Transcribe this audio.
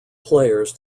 players